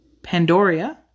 Pandoria